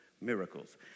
miracles